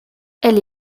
elle